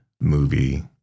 movie